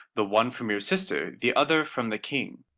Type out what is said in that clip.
the one from your sister, the other from the king.